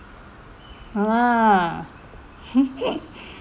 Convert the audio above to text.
ya lah